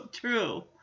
true